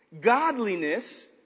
Godliness